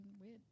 weird